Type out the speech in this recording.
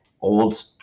old